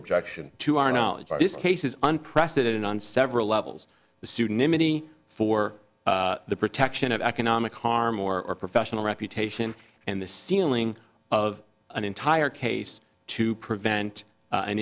objection to our knowledge of this case is unprecedented on several levels pseudonymity for the protection of economic harm or professional reputation and the ceiling of an entire case to prevent an